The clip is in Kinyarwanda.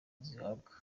bazihabwa